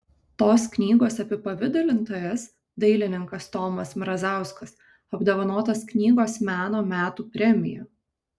tos knygos apipavidalintojas dailininkas tomas mrazauskas apdovanotas knygos meno metų premija